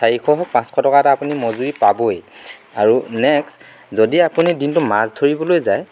চাৰিশ হওক পাঁচশ টকা এটা আপুনি মজুৰি পাবই আৰু নেক্স যদি আপুনি দিনটো মাছ ধৰিবলৈ যায়